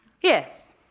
Yes